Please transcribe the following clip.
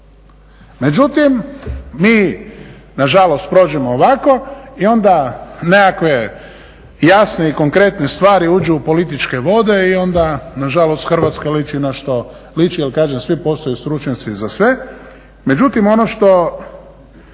Međutim mi nažalost prođemo ovako i onda nekakve jasne i konkretne stvari uđu u političke vode i onda nažalost Hrvatska liči na šta liči jer kažem svi postaju stručnjaci za sve.